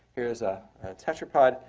here is a tetrapod.